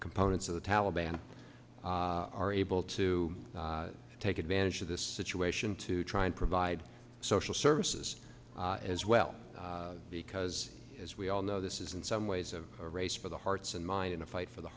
components of the taliban are able to take advantage of this situation to try and provide social services as well because as we all know this is in some ways a race for the hearts and mind in a fight for the